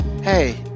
hey